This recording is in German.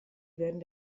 werden